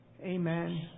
amen